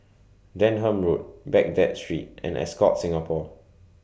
Denham Road Baghdad Street and Ascott Singapore